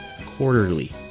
quarterly